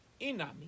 Inami